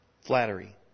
Flattery